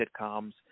sitcoms